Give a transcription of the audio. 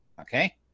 okay